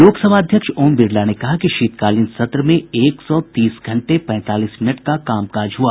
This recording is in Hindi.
लोकसभा अध्यक्ष ओम बिरला ने कहा कि शीतकालीन सत्र में एक सौ तीस घंटे पैंतालीस मिनट का कामकाज हुआ